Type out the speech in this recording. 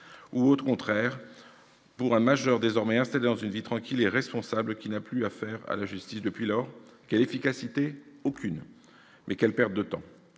Qu'en est-il pour un majeur, désormais installé dans une vie tranquille et responsable, qui n'a plus eu affaire à la justice depuis lors ? Quelle efficacité ? Aucune ! Mais quelle perte de temps